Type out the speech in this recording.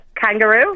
Kangaroo